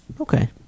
okay